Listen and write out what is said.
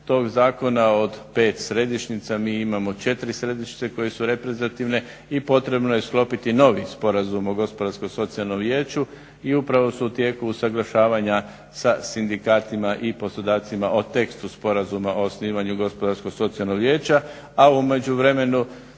tog Zakona od pet središnjica mi imamo središnjice koje su reprezentativne i potrebno je sklopiti novi Sporazum o gospodarsko socijalnom vijeću. I upravo su u tijeku usuglašavanja sa sindikatima i poslodavcima o tekstu Sporazuma o osnivanju gospodarsko-socijalnog vijeća. A u međuvremenu